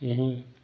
यहीं